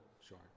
Sure